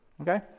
Okay